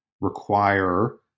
require